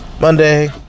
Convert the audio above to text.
Monday